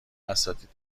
اساتید